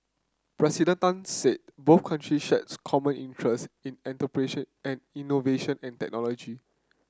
President Tan said both countries shares common interests in entrepreneurship and innovation and technology